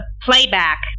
playback